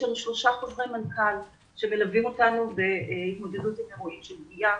יש לנו שלושה חוזרי מנכ"ל שמלווים אותנו בהתמודדות עם אירועים של פגיעה.